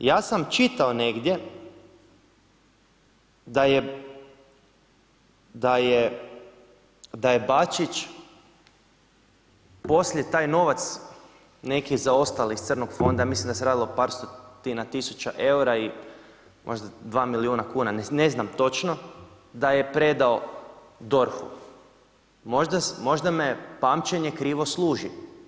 I ja sam čitao negdje, da je Bačić poslije taj novac, nek je zaostali iz crnog fonda, mislim da se radilo od par stotina tisuća eura i možda 2 milijuna kuna ne znam točno, da je predao DORH-u, možda me pamćenje krivo služi.